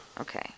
Okay